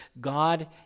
God